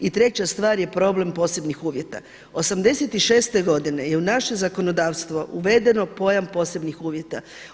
I treća stvar je problem posebnih uvjeta. '86. godine je u naše zakonodavstvo uvedeno pojam posebnih uvjeta.